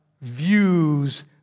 views